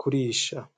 kurisha.